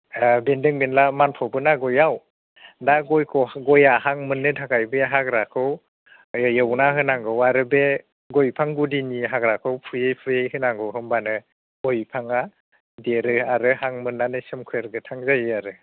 ओ बेन्दों बेनला मानफ्रबो ना गययाव दा गयखौ गया हां मोननो थाखाय बे हाग्राखौ एवना होनांगौ आरो बे गय बिफां गुदिनि हाग्राखौ फुयै फुयै होनांगौ होमबानो गय बिफाङा देरो आरो हां मोननानै सोमखोर गोथां जायो आरो